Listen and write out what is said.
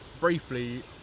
briefly